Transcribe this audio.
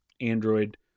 android